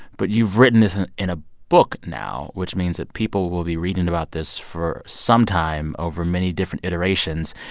but you've written this and in a book now, which means that people will be reading about this for some time over many different iterations.